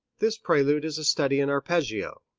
this prelude is a study in arpeggio,